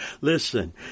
Listen